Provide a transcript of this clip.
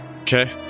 Okay